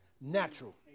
natural